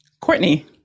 Courtney